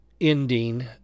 ending